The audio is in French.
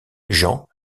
jean